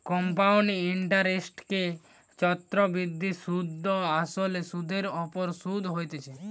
compound ইন্টারেস্টকে চক্রবৃদ্ধি সুধ আসলে সুধের ওপর শুধ হতিছে